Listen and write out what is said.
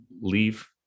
leave